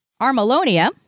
Armalonia